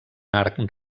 arc